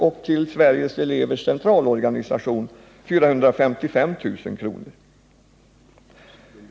och till SECO 455 000 kr.